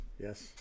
Yes